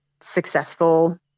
successful